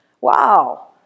Wow